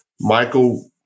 Michael